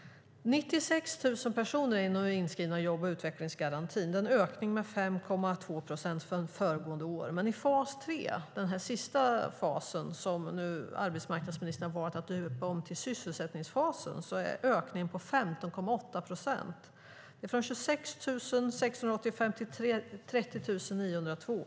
96 000 personer är nu inskrivna i jobb och utvecklingsgarantin. Det är en ökning med 5,2 procent sedan föregående år. I fas 3, den sista fasen, som arbetsmarknadsministern nu har valt att döpa om till sysselsättningsfasen, är ökningen 15,8 procent, från 26 685 till 30 902.